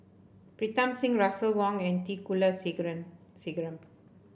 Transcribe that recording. Pritam Singh Russel Wong and T Kulasekaram